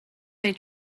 they